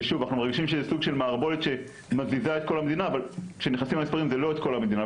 ששוב אנחנו מרגישים שזה סוג של מערבולת שמזיזה את כל המדינה,